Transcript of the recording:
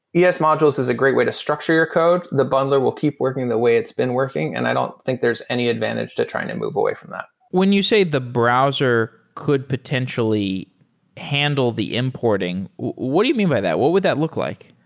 yeah es modules is a great way to structure your code. the bundler will keep working the way it's been working and i don't think there's any advantage to trying to move away from that when you say the browser could potentially handle the importing, what do you mean by that? what would that look like?